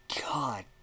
god